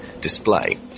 display